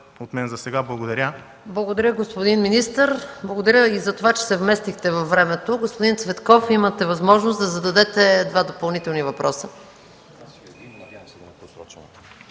ПРЕДСЕДАТЕЛ МАЯ МАНОЛОВА: Благодаря, господин министър. Благодаря и за това, че се вместихте във времето. Господин Цветков, имате възможност да зададете два допълнителни въпроса.